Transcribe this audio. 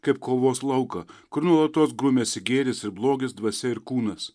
kaip kovos lauką kur nuolatos grumiasi gėris ir blogis dvasia ir kūnas